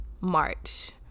March